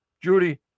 judy